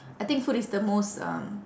I think food is the most um